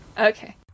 okay